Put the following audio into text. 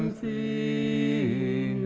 the